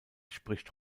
spricht